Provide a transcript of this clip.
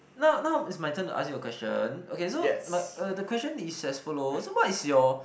now now is my turn to ask you a question okay so my uh the question is as follow so what is your